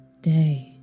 day